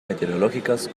meteorológicas